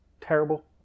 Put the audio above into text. terrible